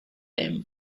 them